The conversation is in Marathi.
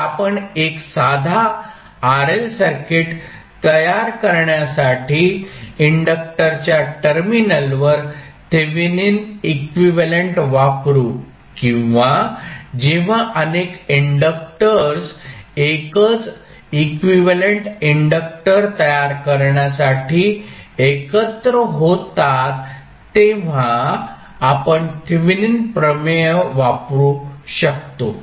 तर आपण एक साधा RL सर्किट तयार करण्यासाठी इंडक्टरच्या टर्मिनल वर थेवेनिन इक्विव्हॅलेंट वापरु किंवा जेव्हा अनेक इंडक्टर्स एकच इक्विव्हॅलेंट इंडक्टर तयार करण्यासाठी एकत्र होतात तेव्हा आपण थेविनिन प्रमेय वापरू शकतो